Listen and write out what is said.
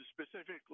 specifically